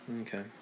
Okay